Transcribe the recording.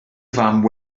fam